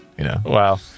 Wow